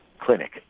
clinic